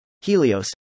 Helios